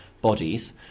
bodies